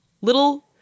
little